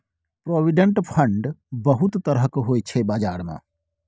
provident fund बहुत तरहक होइ छै बजार मे